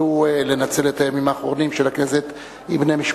הישיבה המאה-ושישים של הכנסת השמונה-עשרה יום שני,